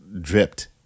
dripped